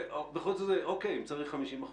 של --- אם צריך 50%,